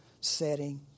setting